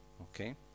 okay